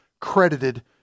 credited